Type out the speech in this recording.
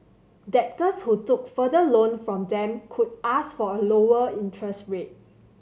debtors who took further loan from them could ask for a lower interest rate